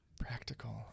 practical